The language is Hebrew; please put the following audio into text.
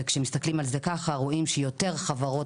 וכשמסתכלים על זה ככה רואים שיותר חברות